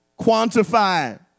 quantify